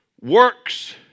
Works